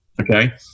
Okay